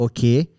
Okay